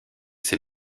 ses